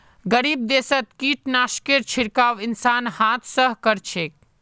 गरीब देशत कीटनाशकेर छिड़काव इंसान हाथ स कर छेक